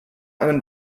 einen